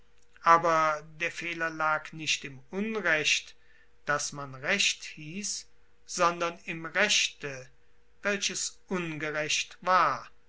aber der fehler lag nicht im unrecht das man recht hiess sondern im rechte welches ungerecht war